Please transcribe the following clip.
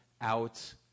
out